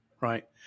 Right